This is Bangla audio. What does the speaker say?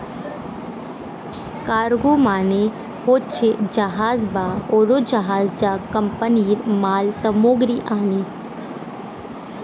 কার্গো মানে হচ্ছে জাহাজ বা উড়োজাহাজ যা কোম্পানিরা মাল সামগ্রী আনে